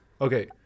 Okay